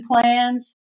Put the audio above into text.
plans